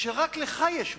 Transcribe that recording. שרק לך יש.